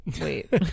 Wait